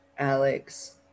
Alex